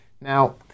Now